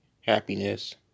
happiness